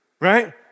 right